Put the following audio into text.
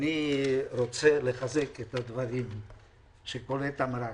אני רוצה לחזק את הדברים שקולט אמרה,